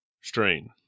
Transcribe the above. Strain